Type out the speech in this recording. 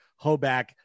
Hoback